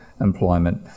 employment